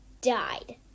died